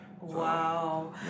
Wow